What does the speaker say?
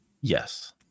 Yes